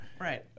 Right